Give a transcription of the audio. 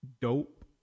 dope